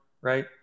right